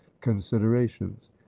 considerations